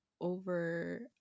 over